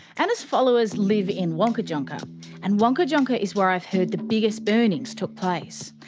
ana's followers live in wangkatjungka and wangkatjungka is where i've heard the biggest burnings took place.